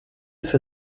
für